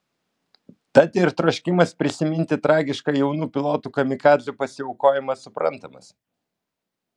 tad ir troškimas prisiminti tragišką jaunų pilotų kamikadzių pasiaukojimą suprantamas